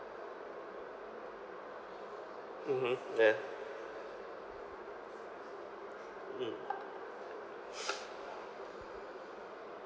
mmhmm yeah mm